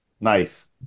Nice